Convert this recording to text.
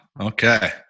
Okay